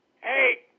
Hey